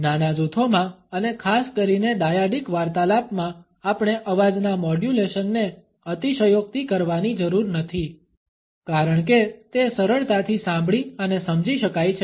નાના જૂથોમાં અને ખાસ કરીને ડાયાડિક વાર્તાલાપમાં આપણે અવાજના મોડ્યુલેશનને અતિશયોક્તિ કરવાની જરૂર નથી કારણ કે તે સરળતાથી સામ્ભળી અને સમજી શકાય છે